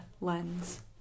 lens